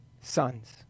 sons